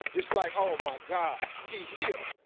it's like, oh my god, he here.